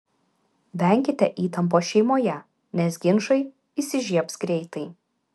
venkite įtampos šeimoje nes ginčai įsižiebs greitai